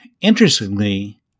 Interestingly